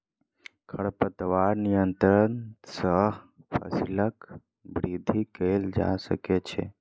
खरपतवार नियंत्रण सॅ फसीलक वृद्धि कएल जा सकै छै